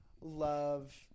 love